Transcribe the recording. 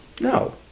No